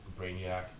Brainiac